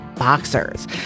Boxers